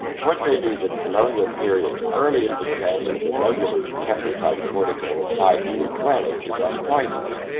what may be the colonial period's earliest example of a regular temple-type portico applied to a dwelling is on whitehall,